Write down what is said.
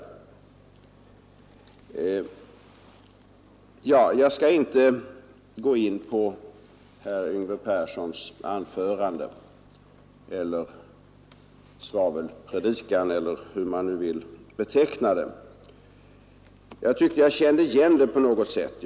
Jag skall inte gå in på Yngve Perssons anförande — eller svavelpredikan, hur man nu vill beteckna det. Jag tyckte att jag kände igen det på något sätt.